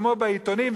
כמו בעיתונים,